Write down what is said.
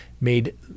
made